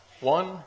One